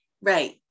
right